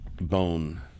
bone